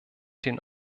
den